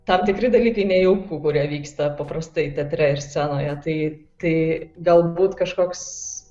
tam tikri dalykai nejauku kurie vyksta paprastai teatre ir scenoje tai tai galbūt kažkoks